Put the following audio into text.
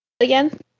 Again